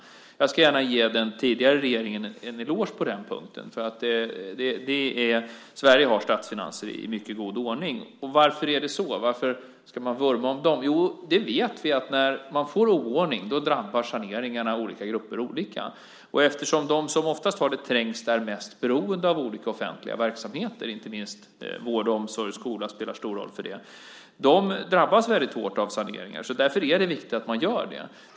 Jag ska gärna ge den tidigare regeringen en eloge på den punkten. Sveriges statsfinanser är i mycket god ordning. Varför är det så? Varför ska vi vurma för dem? Jo, vi vet att om vi får oordning i statsfinanserna drabbar saneringarna olika grupper olika hårt. De som oftast har det trängst och är mest beroende av offentliga verksamheter - inte minst spelar vård, omsorg och skola stor roll i det sammanhanget - drabbas hårt av saneringar. Därför är det viktigt att ha ordning.